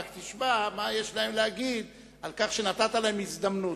רק תשמע מה יש להם להגיד על כך שנתת להם הזדמנות,